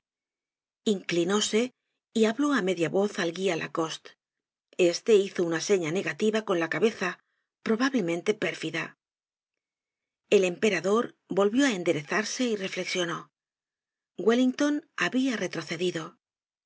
inclinóse y habló á media voz al guia lacoste este hizo una señal negativa con la cabeza probablemente pérfida el emperador volvió á enderezarse y reflexionó wellington habia retrocedido